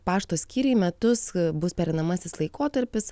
pašto skyriai metus bus pereinamasis laikotarpis